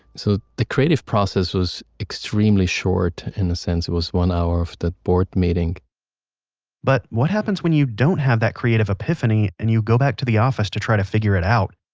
so the creative process was extremely short in a sense. it was one hour of the board meeting but what happens when you don't have that creative epiphany and you go back to the office trying to figure it out?